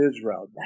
Israel